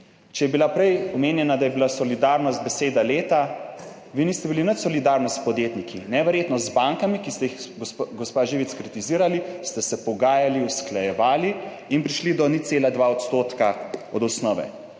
Če je bila prej omenjeno, da je bila solidarnost beseda leta, vi niste bili nič solidarni s podjetniki, neverjetno, z bankami, ki ste jih, gospa Živic, kritizirali, ste se pogajali, usklajevali in prišli do 0,2 % od osnove.